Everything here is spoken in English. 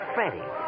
Freddie